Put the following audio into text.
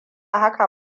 haka